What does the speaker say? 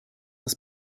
das